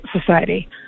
society